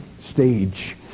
stage